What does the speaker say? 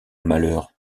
malheur